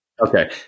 Okay